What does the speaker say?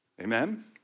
Amen